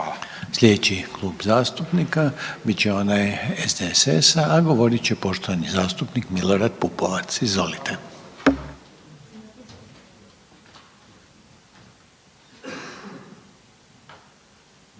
Slijedeći klub zastupnika bit će onaj SDSS-a, a govorit će poštovani zastupnik Milorad Pupovac. Izvolite.